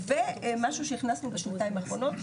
ומשהו שהכנסנו בשנתיים האחרונות,